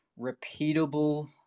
repeatable